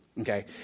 okay